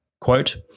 quote